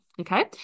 okay